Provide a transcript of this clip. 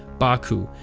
baku,